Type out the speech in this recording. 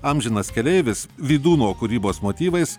amžinas keleivis vydūno kūrybos motyvais